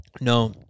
No